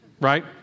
right